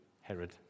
Herod